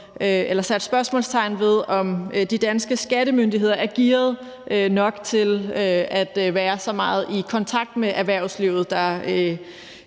også sat spørgsmålstegn ved, om de danske skattemyndigheder er gearet nok til at være så meget i kontakt med erhvervslivet, der